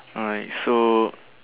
alright so